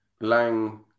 Lang